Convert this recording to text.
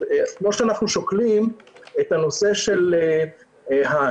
כמו שאנחנו שוקלים את הנושא של הסגר,